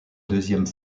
deuxième